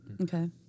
okay